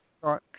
Right